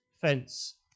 fence